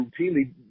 routinely